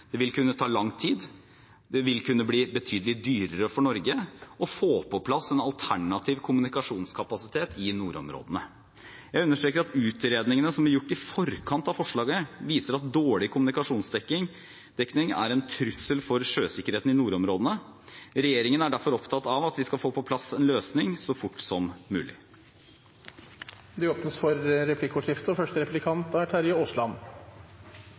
Det vil kunne ta lang tid, og det vil kunne bli betydelig dyrere for Norge å få på plass en alternativ kommunikasjonskapasitet i nordområdene. Jeg understreker at utredningene som ble gjort i forkant av forslaget, viser at dårlig kommunikasjonsdekning er en trussel for sjøsikkerheten i nordområdene. Regjeringen er derfor opptatt av at vi skal få på plass en løsning så fort som mulig. Det blir replikkordskifte. At det stilles spørsmål i etterkant av Stortingets behandling av saken, er